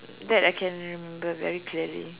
that I can remember very clearly